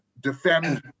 defend